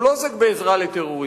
הוא לא עוסק בעזרה לטרוריסטים,